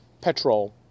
petrol